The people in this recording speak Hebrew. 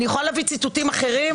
אני יכולה להביא ציטוטים אחרים,